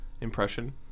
impression